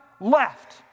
left